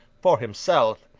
for himself,